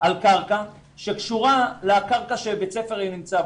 על קרקע שקשורה לקרקע שבית הספר נמצא בו.